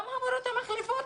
גם המורות המחליפות.